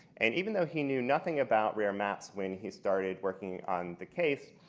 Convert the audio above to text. and even though he knew nothing about rare-maps when he started working on the case,